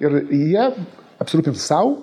ir jie apsirūpins sau